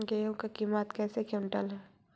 गेहू के किमत कैसे क्विंटल है?